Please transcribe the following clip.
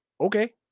Okay